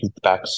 feedbacks